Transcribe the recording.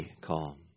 calm